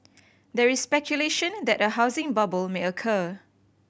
there is speculation that a housing bubble may occur